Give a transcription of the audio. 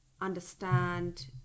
understand